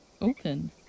open